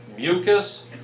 mucus